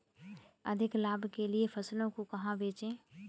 अधिक लाभ के लिए फसलों को कहाँ बेचें?